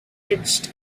edged